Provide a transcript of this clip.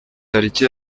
tariki